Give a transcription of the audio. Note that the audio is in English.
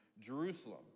Jerusalem